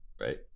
Right